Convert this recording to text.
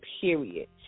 period